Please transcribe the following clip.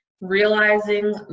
realizing